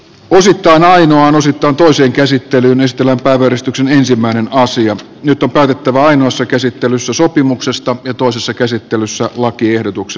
osittain aina on osittain toisen käsittelyn estellen pääväristyksen ensimmäinen asia nyt on päätettävä ainoassa käsittelyssä sopimuksesta ja toisessa käsittelyssä lakiehdotuksesta